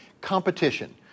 Competition